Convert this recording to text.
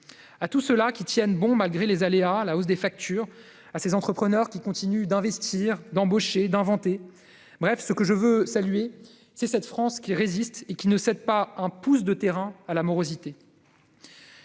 notre pays, qui tiennent bon malgré les aléas, les difficultés et la hausse des factures, à ces entrepreneurs qui continuent d'investir, d'inventer, d'embaucher. Bref, ce que je veux saluer, c'est cette France qui résiste et qui ne cède pas un pouce de terrain à la morosité.